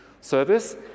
service